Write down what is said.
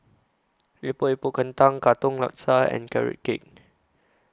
Epok Epok Kentang Katong Laksa and Carrot Cake